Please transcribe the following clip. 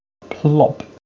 plop